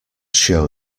show